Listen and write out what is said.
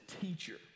teacher